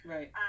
Right